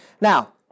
Now